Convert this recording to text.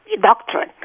doctrine